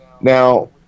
now